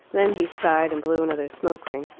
then he sighed, and blew another smoke-ring.